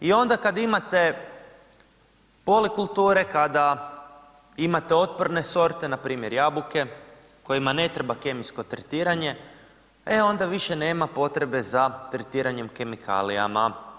I onda kad imate polikulture, kada imate otporne sorte, npr. jabuke, kojima ne treba kemijsko tretiranje, e onda više nema potrebe za tretiranjem kemikalijama.